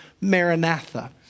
Maranatha